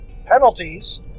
penalties